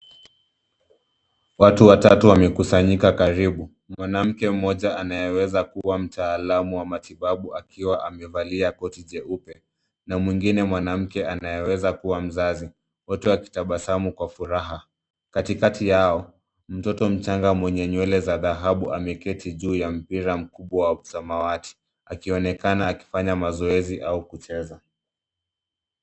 Watu watatu wamekusanyika karibu. Mwanamke mmoja anayeweza kuwa mtaalamu wa matibabu, akiwa amevalia koti jeupe na mwingine mwanamke anayeweza kuwa mzazi, wote wakitabasamu kwa furaha. Katikati yao, mtoto mchanga mwenye nywele za dhahabu ameketi juu ya mpira mkubwa wa samawati, akionekana akifanya mazoezi au kucheza.